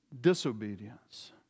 disobedience